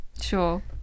Sure